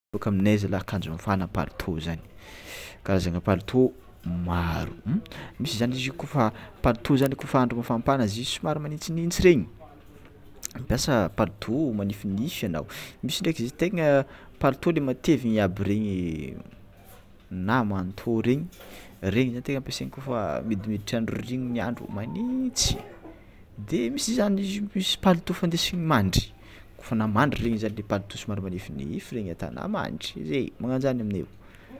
Boka aminay zalah ankanjo mafana palitô zany, karazagna palitô maro hein: misy zany io kôfa palitô zany kôfa andro mafampana magnintsignintsy regny mampiasa palitô minifinify anao, misy ndraiky izy io tegna palitô le matevina aby regny na manteau regny regny zany tegna ampiasany kofa midimiditra andro ririgniny andro tena magnintsy de misy zany izy io misy palitô findesina mandry, kôfa anao mandry regny zany de palotô somary manifinify regny atanao mandry managnanjany aminay.